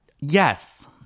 Yes